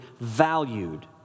valued